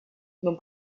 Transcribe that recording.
non